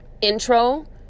intro